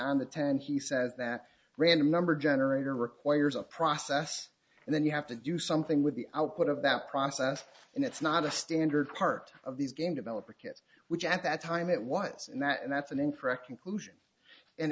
on the ten he says that random number generator requires a process and then you have to do something with the output of that process and it's not a standard part of these game developer kit which at that time it was